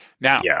Now